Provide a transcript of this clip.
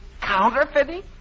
Counterfeiting